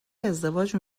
ازدواج